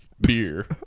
beer